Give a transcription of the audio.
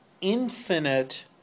infinite